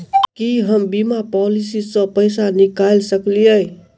की हम बीमा पॉलिसी सऽ पैसा निकाल सकलिये?